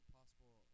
Possible